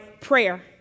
prayer